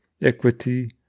equity